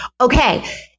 Okay